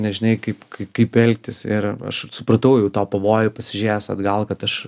nežinai kaip kaip elgtis ir aš supratau jau tą pavojų pasižiūrėjęs atgal kad aš